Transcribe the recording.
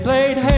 Played